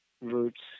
roots